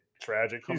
tragic